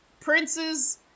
Prince's